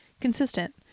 consistent